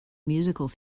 musical